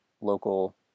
local